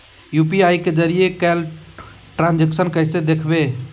UPI के जरिए कैल ट्रांजेक्शन कैसे देखबै?